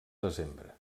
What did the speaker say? desembre